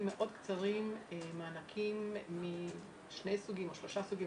מאוד קצרים מענקים משניים או שלושה סוגים,